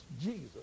jesus